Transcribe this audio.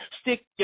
Stick